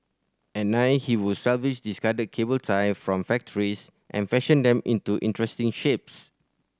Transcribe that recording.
at nine he would salvage discarded cable tie from factories and fashion them into interesting shapes